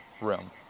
room